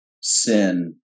sin